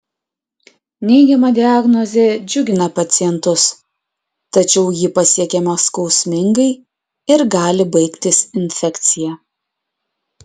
neigiama diagnozė džiugina pacientus tačiau ji pasiekiama skausmingai ir gali baigtis infekcija